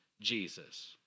Jesus